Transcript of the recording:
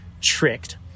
tricked